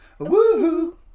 woohoo